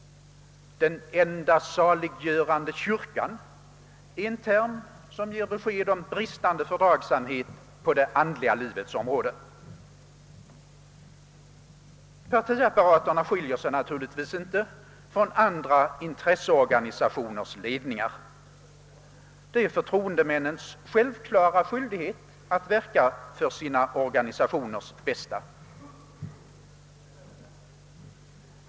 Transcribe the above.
»Den enda saliggörande kyrkan» är en term som ger besked om bristande fördragsamhet på det andliga livets område. Partiapparaterna skiljer sig naturligtvis inte från andra intresseorganisationers ledningar. Det är förtroendemännens självklara skyldighet att verka för sina organisationers bästa.